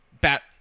Bat